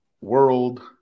world